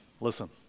listen